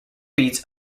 beats